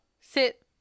Sit